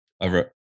over